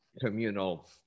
communal